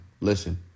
Listen